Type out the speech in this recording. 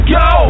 go